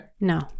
no